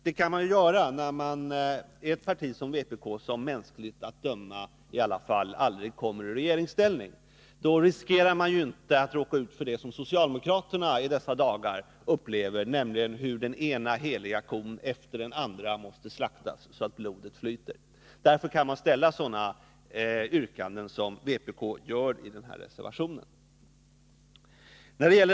Så kan givetvis ett parti som vpk handla, som mänskligt att döma aldrig kommer i regeringsställning. Då riskerar man inte att råka ut för det som socialdemokraterna i dessa dagar upplever, nämligen hur den ena heliga kon efter den andra måste slaktas så att blodet flyter. Därför kan man ställa sådana yrkanden som vpk gör i sin reservation.